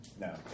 No